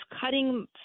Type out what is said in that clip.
cutting